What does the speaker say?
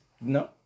No